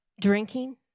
drinking